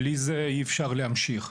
בלי זה אי-אפשר להמשיך.